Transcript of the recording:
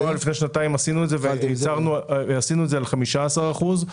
בשנה שעברה ולפני שנתיים עשינו את זה על 15 אחוזים.